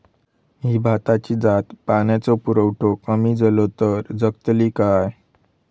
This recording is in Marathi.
ही भाताची जात पाण्याचो पुरवठो कमी जलो तर जगतली काय?